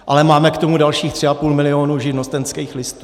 Ale máme k tomu dalších 3,5 milionu živnostenských listů.